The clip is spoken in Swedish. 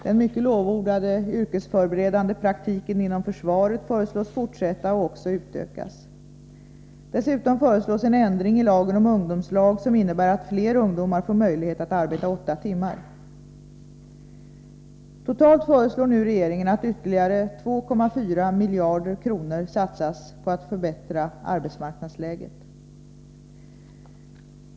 Den mycket lovordade yrkesförberedande praktiken inom försvaret föreslås fortsätta och också utökas. Dessutom föreslås en ändring i lagen om ungdomslag som innebär att fler ungdomar får möjlighet att arbeta åtta timmar. Totalt föreslår nu regeringen att ytterligare 2,4 miljarder kronor satsas på att förbättra arbetsmarknadsläget.